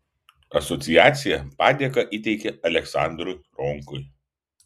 asociacija padėką įteikė aleksandrui ronkui